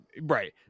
right